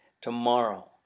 tomorrow